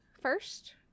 first